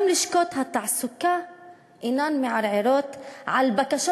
גם לשכות התעסוקה אינן מערערות על בקשות